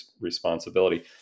responsibility